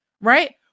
right